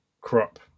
crop